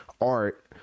art